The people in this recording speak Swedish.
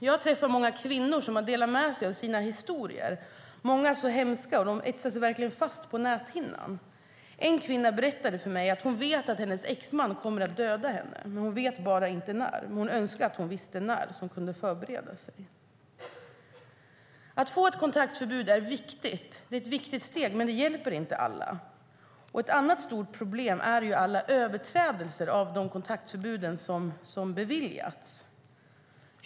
Jag har träffat många kvinnor som har delat med sig av sina historier. Många är hemska och etsar sig verkligen fast på näthinnan. En kvinna berättade för mig att hon vet att hennes exman kommer att döda henne, hon vet bara inte när. Hon önskar att hon visste när, så att hon kunde förbereda sig. Att få ett kontaktförbud är ett viktigt steg, men det hjälper inte alla. Ett annat stort problem är alla överträdelser av de kontaktförbud som beviljats.